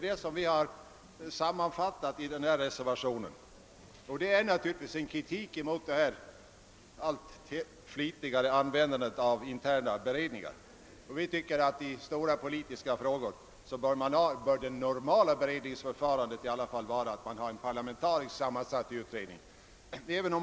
Det innebär naturligtvis en kritik mot det allt flitigare användandet av interna beredningar. Vi anser att i stora politiska frågor det normala beredningsförfarandet bör vara att man har en parlamentariskt sammansatt utredning.